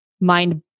mind